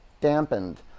dampened